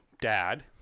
dad